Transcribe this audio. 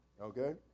Okay